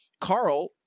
Carl